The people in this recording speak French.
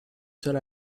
seul